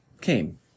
came